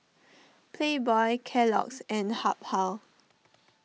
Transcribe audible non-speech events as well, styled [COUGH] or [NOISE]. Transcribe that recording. [NOISE] Playboy Kellogg's and Habhal